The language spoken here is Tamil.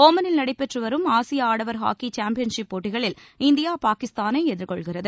ஒமனில் நடைபெற்றுவரும் ஆசிய ஆடவர் ஹாக்கி சாம்பியன்ஷிப் போட்டிகளில் இந்தியா பாகிஸ்தானை எதிர்கொள்கிறது